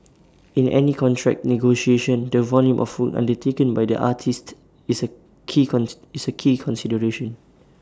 in any contract negotiation the volume of food undertaken by the artiste is A key is A key consideration